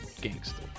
Gangster